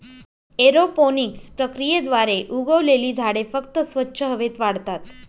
aeroponics प्रक्रियेद्वारे उगवलेली झाडे फक्त स्वच्छ हवेत वाढतात